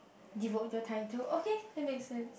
devote your time to okay that make sense